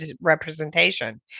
representation